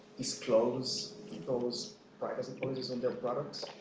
disclose those privacy policies in their products?